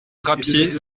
drapier